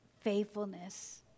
faithfulness